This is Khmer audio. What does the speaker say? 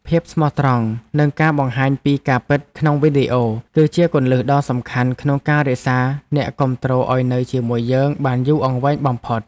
ភាពស្មោះត្រង់ និងការបង្ហាញពីការពិតក្នុងវីដេអូ គឺជាគន្លឹះដ៏សំខាន់ក្នុងការរក្សាអ្នកគាំទ្រឱ្យនៅជាមួយយើងបានយូរអង្វែងបំផុត។